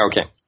okay